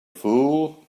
fool